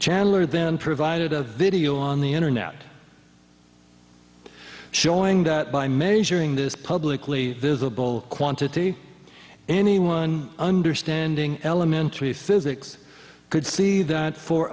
chandler then provided a video on the internet showing that by measuring this publicly visible quantity anyone understanding elementary physics could see that for